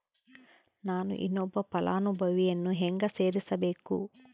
ನಾನು ಇನ್ನೊಬ್ಬ ಫಲಾನುಭವಿಯನ್ನು ಹೆಂಗ ಸೇರಿಸಬೇಕು?